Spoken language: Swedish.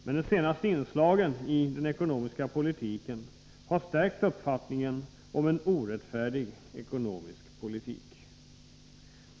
Men de senaste inslagen i den ekonomiska politiken har stärkt uppfattningen om en orättfärdig ekonomisk politik.